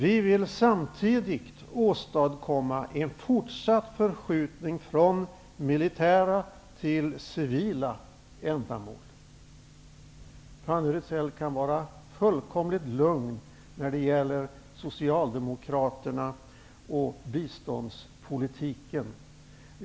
Vi vill samtidigt åstadkomma en fortsatt förskjutning från militära till civila ändamål. Fanny Rizell kan vara fullkomligt lugn när det gäller Socialdemokraterna och biståndspolitiken.